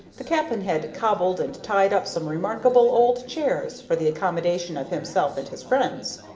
the cap'n had cobbled and tied up some remarkable old chairs for the accommodation of himself and his friends.